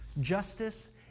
Justice